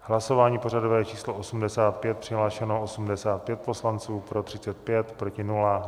V hlasování pořadové číslo 85 přihlášeno 85 poslanců, pro 35, proti 0.